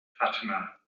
fatima